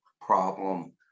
problem